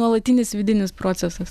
nuolatinis vidinis procesas